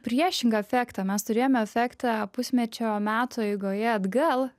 priešingą efektą mes turėjome efektą pusmečio metų eigoje atgal